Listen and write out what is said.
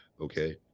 okay